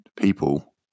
people